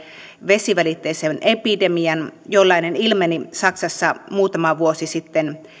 vesivälitteisen epidemian jollainen ilmeni saksassa muutama vuosi sitten